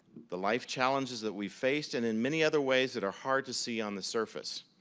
the life challenges that we faced, and in many other ways that are hard to see on the surface.